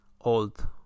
old